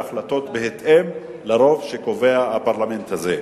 ההחלטות הן בהתאם לרוב שקובע הפרלמנט הזה.